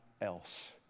else